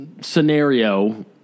scenario